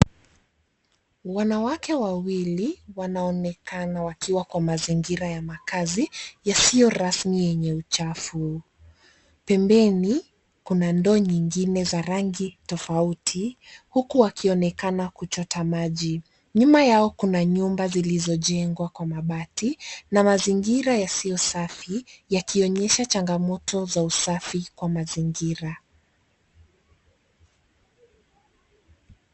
Wanawake wawili wanaonekana wakiwa kwa mazingira ya makaazi yasiyo rasmi yenye uchafu. Pembeni kuna ndoo nyingine za rangi tofauti huku wakionekana kuchota maji. Nyuma yao kuna nyumba zilizojengwa kwa mabati na mazingira yasiyo safi yakionyesha changamoto za usafi kwa mazingira.